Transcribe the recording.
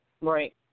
Right